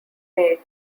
made